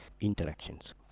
interactions